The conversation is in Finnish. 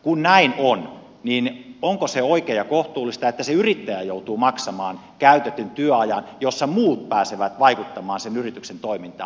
kun näin on niin onko se oikein ja kohtuullista että se yrittäjä joutuu maksamaan käytetyn työajan jossa muut pääsevät vaikuttamaan sen yrityksen toimintaan